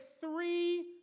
three